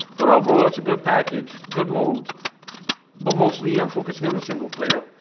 but overall it's a good package good mode but mostly i'm focusing on a single player.